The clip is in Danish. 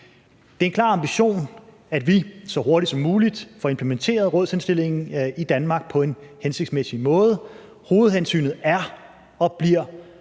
Det er en klar ambition, at vi så hurtigt som muligt får implementeret rådshenstillingen i Danmark på en hensigtsmæssig måde. Hovedhensynet er og bliver